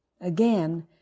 Again